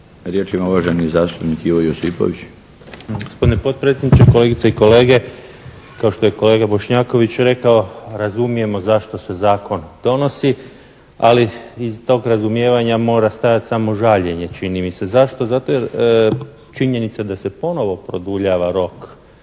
Riječ ima uvaženi zastupnik Ivo Josipović. **Josipović, Ivo (Nezavisni)** Gospodine potpredsjedniče, kolegice i kolege. Kao što je kolega Bošnjaković rekao, razumijemo zašto se Zakon donosi, ali iza tog razumijevanja mora stajati samo žaljenje čini mi se. Zašto? Zato jer činjenica da se ponovno produljava rok